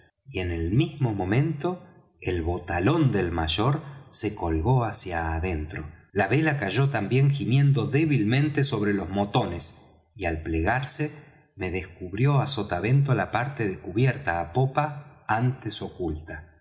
y en el mismo momento el botalón del mayor se colgó hacia adentro la vela cayó también gimiendo débilmente sobre los motones y al plegarse me descubrió á sotavento la parte de cubierta á popa antes oculta